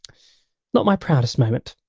not my proudest moment.